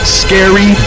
scary